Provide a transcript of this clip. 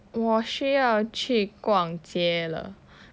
我需要去逛街了